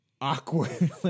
awkward